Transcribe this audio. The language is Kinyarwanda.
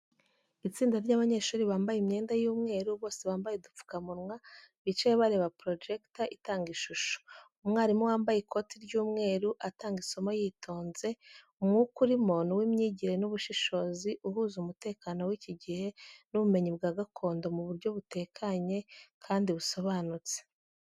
Itsinda ry’abanyeshuri bambaye imyenda y’umweru, bose bambaye udupfukamunwa, bicaye bareba projector itanga ishusho. Umwarimu wambaye ikoti ry’umweru atanga isomo yitonze. Umwuka urimo ni uw’imyigire n’ubushishozi, uhuza umutekano w’iki gihe n’ubumenyi bwa gakondo mu buryo butekanye kandi busobanutse.